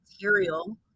material